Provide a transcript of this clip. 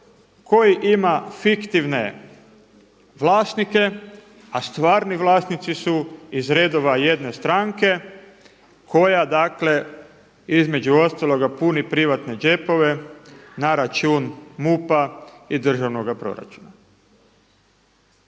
koji ima fiktivne vlasnike, a stvarni vlasnici su iz redova jedne stranke koja, dakle između ostaloga puni privatne džepove na račun MUP-a i državnoga proračuna.